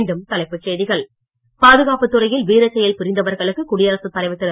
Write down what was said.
மீண்டும் தலைப்புச் செய்திகள் பாதுகாப்புத் துறையில் வீரச் செயல் புரிந்தவர்களுக்கு குடியரசுத் தலைவர் திரு